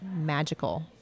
magical